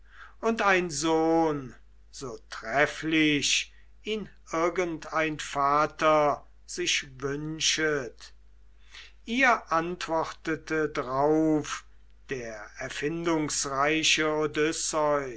und ein sohn so trefflich ihn irgendein vater sich wünschet ihr antwortete drauf der erfindungsreiche